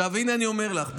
הינה אני אומר לך,